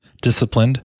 disciplined